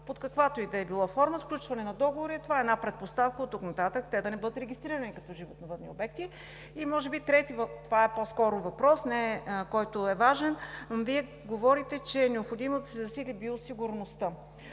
под каквато ѝ да било форма сключване на договори – това е една предпоставка оттук нататък те да не бъдат регистрирани като животновъдни обекти. И може би трети – това е по-скоро въпрос, който е важен. Вие говорите, че е необходимо да се засили биосигурността.